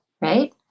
right